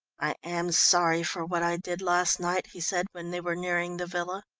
i am sorry for what i did last night, he said when they were nearing the villa.